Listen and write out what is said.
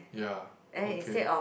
ya okay